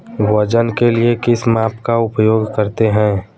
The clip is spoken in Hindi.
वजन के लिए किस माप का उपयोग करते हैं?